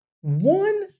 one